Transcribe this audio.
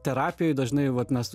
terapijoj dažnai vat mes